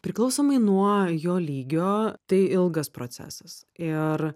priklausomai nuo jo lygio tai ilgas procesas ir